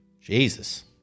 Jesus